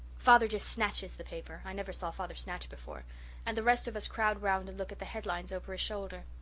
father just snatches the paper i never saw father snatch before and the rest of us crowd round and look at the headlines over his shoulder.